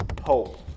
hope